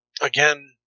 again